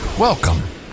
Welcome